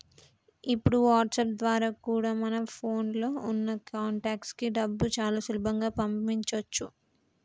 ఇప్పుడు వాట్సాప్ ద్వారా కూడా మన ఫోన్ లో ఉన్న కాంటాక్ట్స్ కి డబ్బుని చాలా సులభంగా పంపించొచ్చు